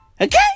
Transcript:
Okay